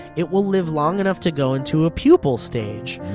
it will live long enough to go into a pupal stage.